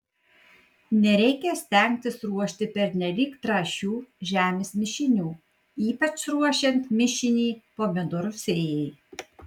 nereikia stengtis ruošti pernelyg trąšių žemės mišinių ypač ruošiant mišinį pomidorų sėjai